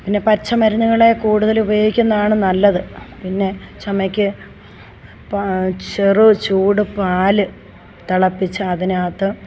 പിന്നെ പച്ചമരുന്നുകൾ കൂടുതൽ ഉപയോഗിക്കുന്നതാണ് നല്ലത് പിന്നെ ചുമക്ക് പാ ചെറു ചൂട് പാല് തിളപ്പിച്ച് അതിനകത്ത്